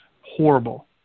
horrible